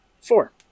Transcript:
Four